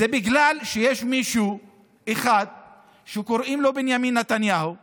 זה בגלל שיש מישהו אחד שקוראים לו בנימין נתניהו שנכשל,